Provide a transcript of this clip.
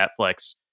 Netflix